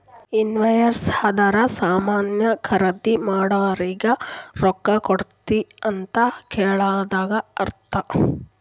invoice ಅಂದುರ್ ಸಾಮಾನ್ ಖರ್ದಿ ಮಾಡೋರಿಗ ರೊಕ್ಕಾ ಕೊಡ್ರಿ ಅಂತ್ ಕಳದಂಗ ಅರ್ಥ